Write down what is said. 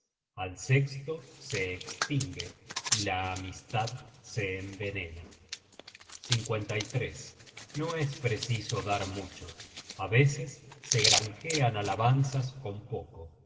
al sesto se estingue y la amistad se envenena no es preciso dar mucho á veces se granjean alabanzas con poco